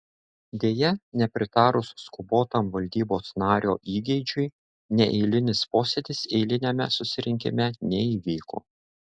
deja nepritarus skubotam valdybos nario įgeidžiui neeilinis posėdis eiliniame susirinkime neįvyko